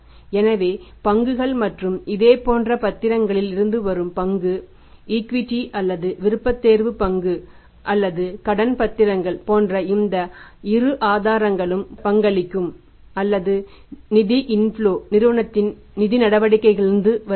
எனவே பங்குகள் மற்றும் இதே போன்ற பத்திரங்களில் இருந்து வரும் பங்கு ஈக்விட்டி நிறுவனத்தின் நிதி நடவடிக்கைகளிலிருந்து வருகிறது